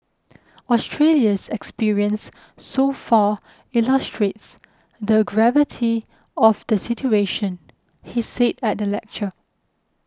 Australia's experience so far illustrates the gravity of the situation he said at the lecture